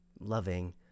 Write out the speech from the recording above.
loving